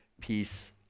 peace